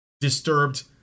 disturbed